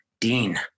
Dean